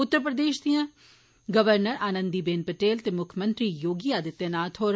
उत्तर प्रदेश दियां गवर्नर आनंदी बेन पटेल ते मुक्खमंत्री योगी आदित्यनाथ होर